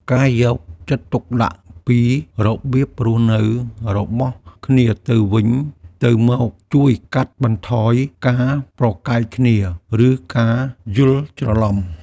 ការយកចិត្តទុកដាក់ពីរបៀបរស់នៅរបស់គ្នាទៅវិញទៅមកជួយកាត់បន្ថយការប្រកែកគ្នា ឬការយល់ច្រឡំ។